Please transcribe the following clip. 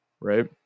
right